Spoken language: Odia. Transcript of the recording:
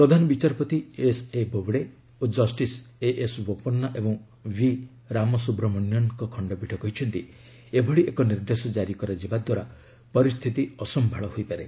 ପ୍ରଧାନ ବିଚାରପତି ଏସ୍ଏ ବୋବଡେ ଓ କ୍ଷିସ ଏଏସ୍ବୋପନ୍ନା ଏବଂ ଭି ରାମସୁବ୍ରମଣ୍ୟନ୍ଙ୍କ ଖଣ୍ଡପୀଠ କହିଛନ୍ତି ଏଭଳି ଏକ ନିର୍ଦ୍ଦେଶ ଜାରି କରାଯିବା ଦ୍ୱାରା ପରିସ୍ଥିତି ଅସମ୍ଭାଳ ହୋଇପାରେ